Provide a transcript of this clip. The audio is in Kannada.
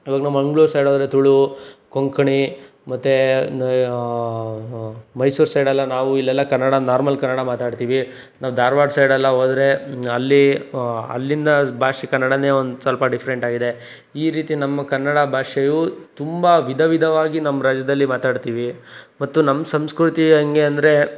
ಈವಾಗ ನಾವು ಮಂಗಳೂರು ಸೈಡ್ ಹೋದರೆ ತುಳು ಕೊಂಕಣಿ ಮತ್ತೆ ಮೈಸೂರು ಸೈಡೆಲ್ಲ ನಾವು ಇಲ್ಲೆಲ್ಲ ಕನ್ನಡ ನಾರ್ಮಲ್ ಕನ್ನಡ ಮಾತಾಡ್ತೀವಿ ನಾವು ಧಾರವಾಡ ಸೈಡೆಲ್ಲ ಹೋದರೆ ಅಲ್ಲಿ ಅಲ್ಲಿಂದ ಭಾಷೆ ಕನ್ನಡನೇ ಒಂದ್ಸಲ್ಪ ಡಿಫ್ರೆಂಟ್ ಆಗಿದೆ ಈ ರೀತಿ ನಮ್ಮ ಕನ್ನಡ ಭಾಷೆಯು ತುಂಬ ವಿಧವಿಧವಾಗಿ ನಮ್ಮ ರಾಜ್ಯದಲ್ಲಿ ಮಾತಾಡ್ತೀವಿ ಮತ್ತು ನಮ್ಮ ಸಂಸ್ಕೃತಿ ಹೇಗೆ ಅಂದರೆ